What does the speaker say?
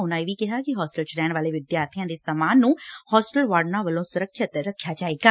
ਉਨੂਾਂ ਇਹ ਵੀ ਕਿਹਾ ਕਿ ਹੋਸਟਲ 'ਚ ਰਹਿਣ ਵਾਲੇ ਵਿਦਿਆਰਬੀਆਂ ਦੇ ਸਮਾਨ ਨੂੰ ਹੋਸਟਲ ਵਾਰਡਨਾਂ ਵਲੋਂ ਸੁਰੱਖਿਅਤ ਰੱਖਿਆ ਜਾਏਗਾ